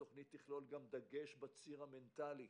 התוכנית גם תכלול דגש בציר המנטלי,